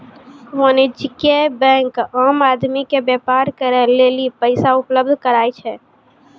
वाणिज्यिक बेंक आम आदमी के व्यापार करे लेली पैसा उपलब्ध कराय छै